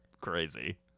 crazy